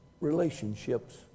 relationships